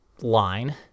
line